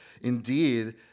indeed